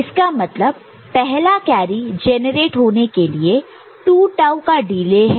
इसका मतलब पहला कैरी जेनरेट होने के लिए 2 टाऊ का डिले है